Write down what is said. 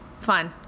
fun